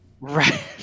Right